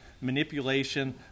manipulation